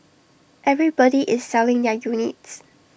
everybody is selling their units